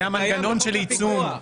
זה המנגנון של עיצום.